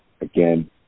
again